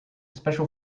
special